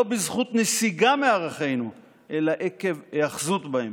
לא בזכות נסיגה מערכינו אלא עקב היאחזות בהם,